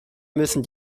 müssen